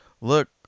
look